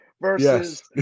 versus